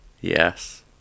Yes